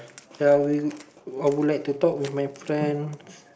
ya I will uh I would like to talk with my friends